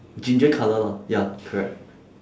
ginger colour lah ya correct